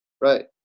right